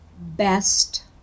best